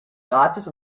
rates